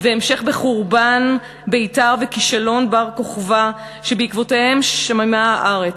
המשך בחורבן ביתר וכישלון בר-כוכבא שבעקבותיהם שממה הארץ,